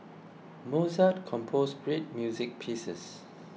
Mozart composed great music pieces